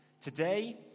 Today